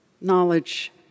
knowledge